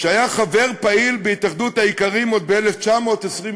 שהיה חבר פעיל בהתאחדות האיכרים עוד בשנת 1929?